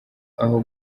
aho